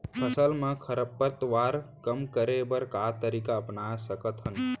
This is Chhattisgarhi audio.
फसल मा खरपतवार कम करे बर का तरीका अपना सकत हन?